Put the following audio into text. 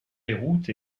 déroute